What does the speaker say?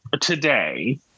today